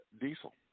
diesel